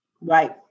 Right